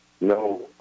no